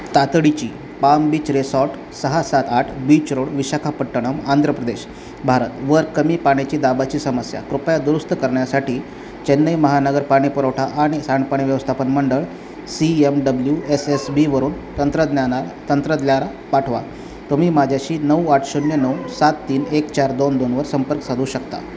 तातडीची palm beach resort सहा सात आठ बीच रोड विशाखापट्टणम आंध्र प्रदेश भारतवर कमी पाण्याची दाबाची समस्या कृपया दुरुस्त करण्यासाठी चेन्नई महानगर पाणी पुरवठा आणि सांडपाणी व्यवस्थापन मंडळ C M W S S बीवरून तंत्रज्ञाला पाठवा तुम्ही माझ्याशी नऊ आठ शून्य नऊ सात तीन एक चार दोन दोनवर संपर्क साधू शकता